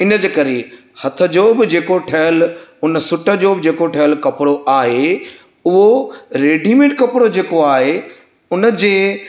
इन जे करे हथ जो बि जेको ठहियलु उन सुट जो बि जेको ठहियलु कपिड़ो आहे उहो रेडीमेड कपिड़ो जेको आहे उन जे